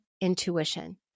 intuition